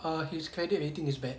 uh his credit rating is bad